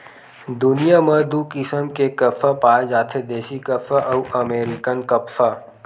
दुनिया म दू किसम के कपसा पाए जाथे देसी कपसा अउ अमेरिकन कपसा